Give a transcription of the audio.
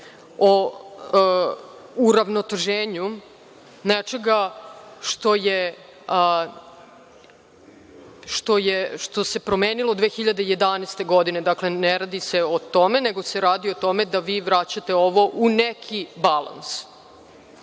o uravnoteženju nečega što se promenilo 2011. godine. Dakle, ne radi se o tome, nego se radi o tome da vi vraćate ovo u neki balans. Što